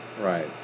right